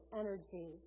energy